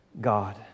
God